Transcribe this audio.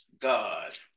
God